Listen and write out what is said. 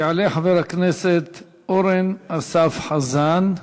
יעלה חבר הכנסת אורן אסף חזן.